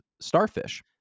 starfish